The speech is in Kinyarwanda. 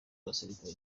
abasirikari